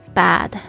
bad